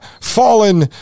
fallen